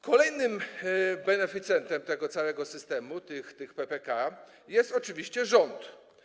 Kolejnym beneficjentem tego całego systemu, tych PPK jest oczywiście rząd.